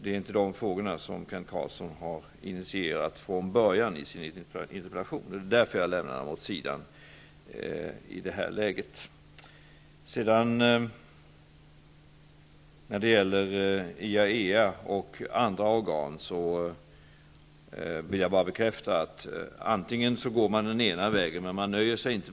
Det är inte de frågorna som Kent Carlsson har initierat från början i sin interpellation. Det är därför som jag lämnar dem åt sidan i det här läget. När det gäller IAEA och andra organ vill jag bara bekräfta att man kan välja att gå den ena vägen.